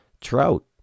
trout